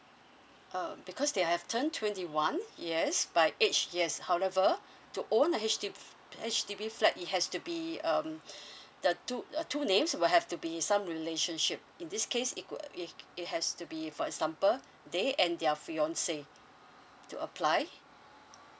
uh because they have turned twenty one yes by age yes however to own a H_D H_D_B flat it has to be um the two the two names will have to be some relationship in this case it could it has to be for example they and their fiance to apply